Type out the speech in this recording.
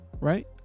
right